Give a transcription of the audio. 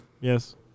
Yes